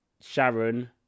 Sharon